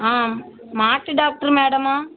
ஆ மாட்டு டாக்டரு மேடமா